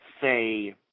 say